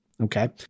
Okay